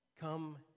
come